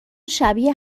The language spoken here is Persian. شبیه